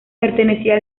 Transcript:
pertenecía